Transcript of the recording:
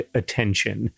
attention